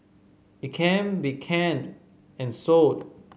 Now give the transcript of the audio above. it can be canned and sold